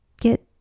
get